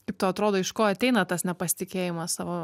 kaip tau atrodo iš ko ateina tas nepasitikėjimas savo